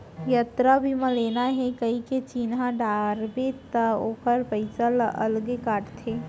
यातरा बीमा लेना हे कइके चिन्हा डारबे त ओकर पइसा ल अलगे काटथे